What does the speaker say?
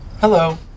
Hello